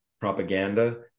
propaganda